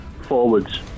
Forwards